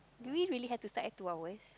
do we really have to start at two hours